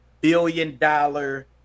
Billion-dollar